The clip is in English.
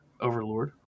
Overlord